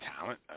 talent